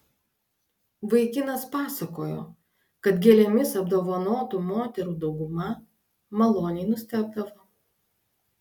vaikinas pasakojo kad gėlėmis apdovanotų moterų dauguma maloniai nustebdavo